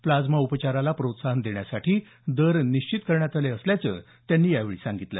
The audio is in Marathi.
प्लाझ्मा उपचाराला प्रोत्साहन देण्यासाठी दर निश्चित करण्यात आले असल्याचं त्यांनी यावेळी सांगितलं